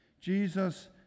Jesus